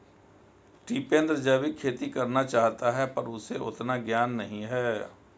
टिपेंद्र जैविक खेती करना चाहता है पर उसे उतना ज्ञान नही है